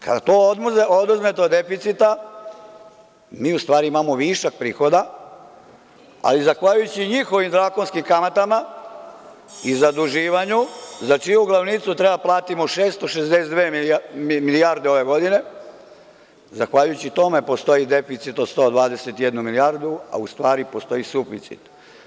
Kada to oduzmete od deficita, mi u stvari imamo višak prihoda, ali zahvaljujući njihovim drakonskim kamatama i zaduživanju, za čiju glavnicu treba da platimo 662 milijarde ove godine, zahvaljujući tome postoji deficit od 121 milijardu, a u stvari postoji suficit.